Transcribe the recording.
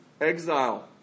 exile